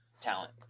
talent